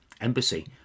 embassy